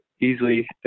easily